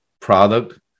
product